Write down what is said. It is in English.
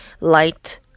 light